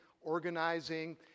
organizing